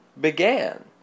began